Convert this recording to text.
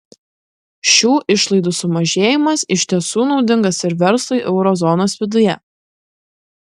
šių išlaidų sumažėjimas iš tiesų naudingas ir verslui euro zonos viduje